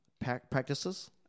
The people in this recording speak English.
practices